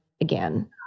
again